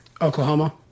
Oklahoma